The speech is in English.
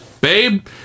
Babe